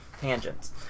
tangents